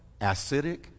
acidic